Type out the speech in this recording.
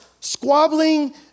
squabbling